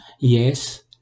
Yes